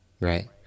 Right